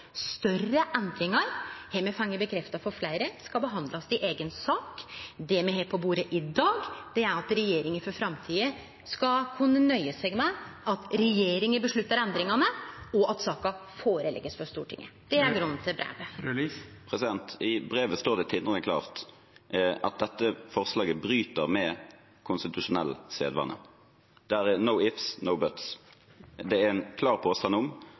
Større endringar har me fått bekrefta frå fleire at skal behandlast i eigen sak. Det me har på bordet i dag, er at regjeringa for framtida skal kunne nøye seg med at ho sjølv avgjer endringane, og at saka blir lagd fram for Stortinget. Det er grunnen til brevet. I brevet står det tindrende klart at dette forslaget bryter med konstitusjonell sedvane. Der er «no ifs, no buts» – det er en klar påstand om